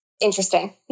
interesting